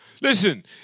Listen